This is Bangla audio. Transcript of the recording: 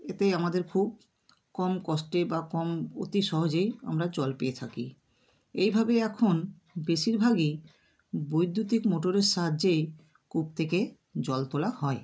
এতে আমাদের খুব কম কষ্টে বা কম অতি সহজেই আমরা জল পেয়ে থাকি এইভাবে এখন বেশিরভাগই বৈদ্যুতিক মোটরের সাহায্যে কূপ থেকে জল তোলা হয়